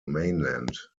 mainland